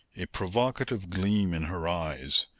a provocative gleam in her eyes,